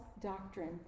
doctrine